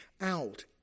out